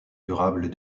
durables